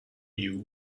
you